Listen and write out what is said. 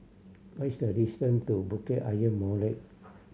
what is the distance to Bukit Ayer Molek